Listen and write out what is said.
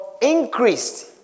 increased